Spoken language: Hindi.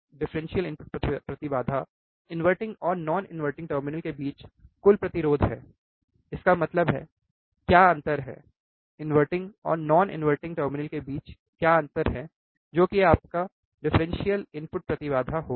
डिफरेंशियल इनपुट प्रतिबाधा इनवर्टिंग और नॉन इनवर्टिंग टर्मिनल के बीच कुल प्रतिरोध है इसका मतलब है क्या अंतर है इनवर्टिंग और नॉन इनवर्टिंग टर्मिनल के बीच क्या अंतर है जो की आपका डिफरेंशियल इनपुट प्रतिबाधा होगा